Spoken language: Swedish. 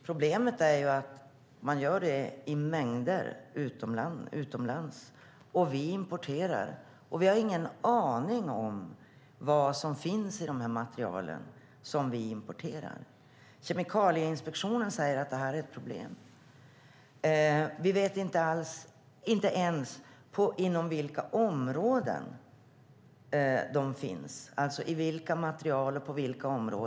Problemet är att man gör det i mängder utomlands och att vi importerar det. Och vi har ingen aning om vad som finns i materialen som vi importerar. Kemikalieinspektionen säger att det är ett problem. Vi vet inte ens i vilka material och på vilka områden ämnet finns.